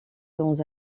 dans